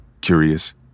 curious